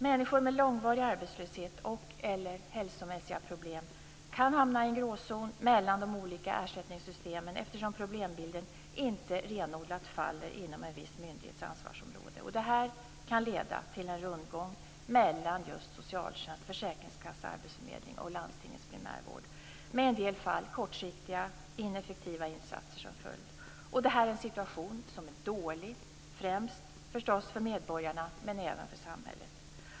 Människor med långvarig arbetslöshet och/eller hälsomässiga problem kan hamna i en gråzon mellan de olika ersättningssystemen eftersom problembilden inte renodlat faller inom en viss myndighets ansvarsområde. Det här kan leda till en rundgång mellan just socialtjänst, försäkringskassa, arbetsförmedling och landstingets primärvård, med i en del fall kortsiktiga och ineffektiva insatser som följd. Det här är en situation som är dålig, främst förstås för medborgarna, men även för samhället.